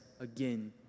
again